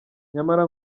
nyamara